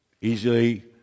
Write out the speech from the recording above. Easily